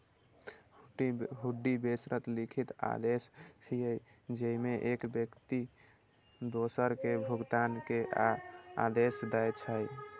हुंडी बेशर्त लिखित आदेश छियै, जेइमे एक व्यक्ति दोसर कें भुगतान के आदेश दै छै